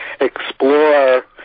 explore